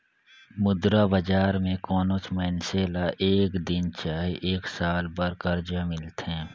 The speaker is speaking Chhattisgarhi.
मुद्रा बजार में कोनोच मइनसे ल एक दिन चहे एक साल बर करजा मिलथे